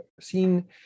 seen